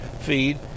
feed